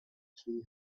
three